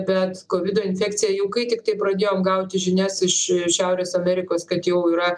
bet kovido infekcija jau kai tiktai pradėjom gauti žinias iš šiaurės amerikos kad jau yra